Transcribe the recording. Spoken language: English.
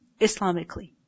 Islamically